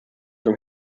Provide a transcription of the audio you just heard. from